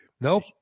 Nope